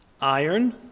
iron